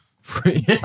Free